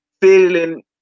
feeling